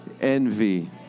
envy